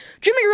Jimmy